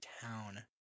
town